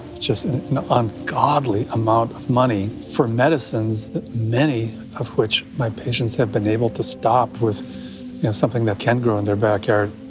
just an ungodly amount of money for medicines that many of which my patients have been able to stop with something that can grow in their backyard.